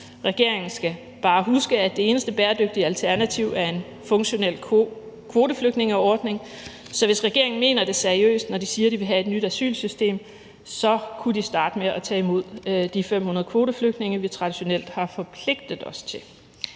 Regeringen skal bare huske, at det eneste bæredygtige alternativ er en funktionel kvoteflygtningeordning, så hvis regeringen mener det seriøst, når de siger, at de vil have et nyt asylsystem, kunne de starte med at tage imod de 500 kvoteflygtninge, vi traditionelt har forpligtet os til.